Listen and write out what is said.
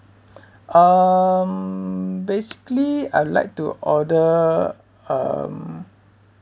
um basically I like to order um